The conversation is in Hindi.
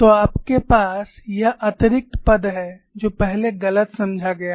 तो आपके पास यह अतिरिक्त पद है जो पहले गलत समझा गया था